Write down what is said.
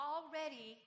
Already